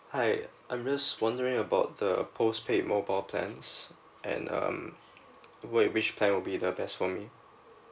hi I'm just wondering about the postpaid mobile plans and um w~ which plans will the best plan for me